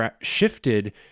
shifted